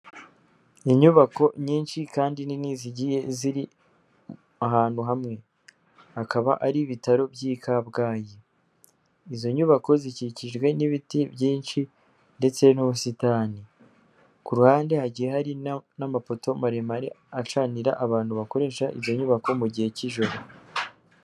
Inyubako nyinshi kandi nini zigiye ziri ahantu hamwe. Hakaba ari ibitaro by'i Kabgayi. Izo nyubako zikikijwe n'ibiti byinshi ndetse n'ubusitani. Ku ruhande hagiye hari n'amapoto maremare acanira abantu bakoresha izo nyubako mu gihe cy'ijoro.